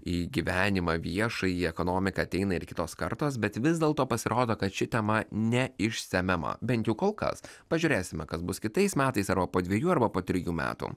į gyvenimą viešąjį į ekonomiką ateina ir kitos kartos bet vis dėlto pasirodo kad ši tema neišsemiama bent jau kol kas pažiūrėsime kas bus kitais metais ar po dvejų arba po trejų metų